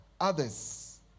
others